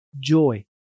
joy